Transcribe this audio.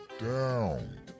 down